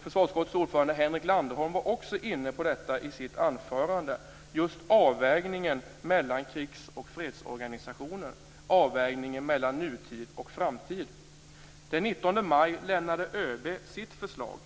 Försvarsutskottets ordförande Henrik Landerholm var också inne på frågan om avvägningen mellan krigs och fredsorganisationen, avvägningen mellan nutid och framtid. Den 19 maj lämnade ÖB fram sitt förslag.